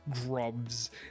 grubs